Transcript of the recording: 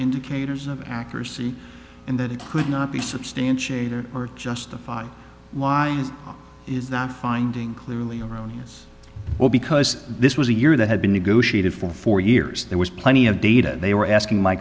indicators of accuracy and that it could not be substantiated or justified why is that finding clearly erroneous well because this was a year that had been negotiated for four years there was plenty of data they were asking my